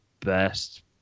best